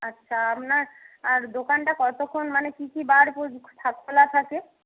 আচ্ছা আপনার আর দোকানটা কতক্ষণ মানে কী কী বার খোলা থাকে